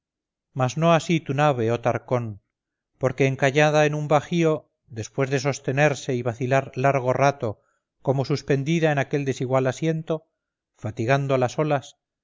mas no así tu nave oh tarcón porque encallada en un bajío después de sostenerse y vacilar largo rato como suspendida en aquel desigual asiento fatigando las olas